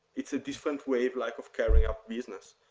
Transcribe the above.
it's a different way like of carrying up business.